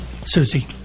Susie